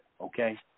okay